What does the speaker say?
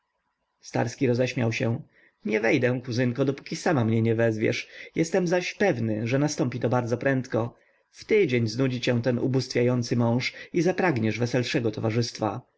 wszystko starski roześmiał się nie wejdę kuzynko dopóki sama mnie nie wezwiesz jestem zaś pewny że nastąpi to bardzo prędko w tydzień znudzi cię ten ubóstwiający mąż i zapragniesz weselszego towarzystwa